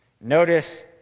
Notice